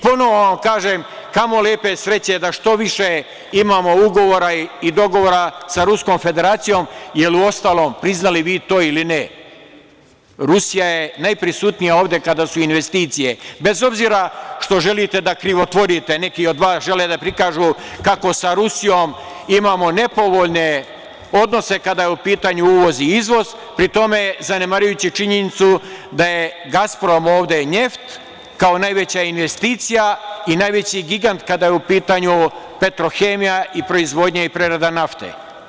Ponovo vam kažem kamo lepe sreće da što više imamo ugovora i dogovora sa Ruskom Federacijom, jel uostalom priznali vi to ili ne, Rusija je najprisutnija ovde kada su investicije, bez obzira što želite da krivotvorite, neki od vas žele da prikažu kako sa Rusijom imamo nepovoljne odnose kada je u pitanju uvoz i izvoz, pri tome zanemarujući činjenicu da je „Gaspromnjeft“ ovde kao najveća investicija i najveći gigant kada je u pitanju petrohemija i proizvodnja i prerada nafte.